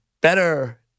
better